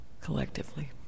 collectively